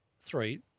Three